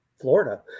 Florida